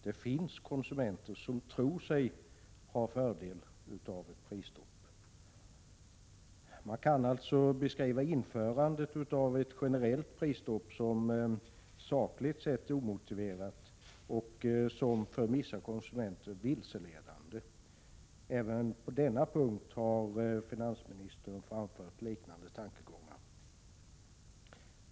Det finns konsumenter som tror sig ha fördel av prisstoppet. Man kan alltså beskriva införandet av ett generellt prisstopp som sakligt sett omotiverat och som för vissa konsumenter vilseledande. Även på denna punkt har finansministern framfört liknande tankegångar.